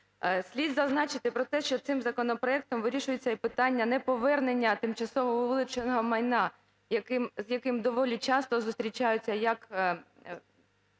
Слід зазначити про те, що цим законопроектом вирішується і питання неповернення тимчасово вилученого майна, з яким доволі часто зустрічаються як